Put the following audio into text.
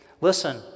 listen